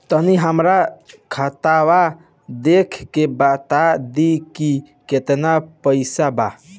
तनी हमर खतबा देख के बता दी की केतना पैसा बा?